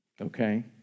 Okay